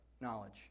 knowledge